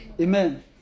Amen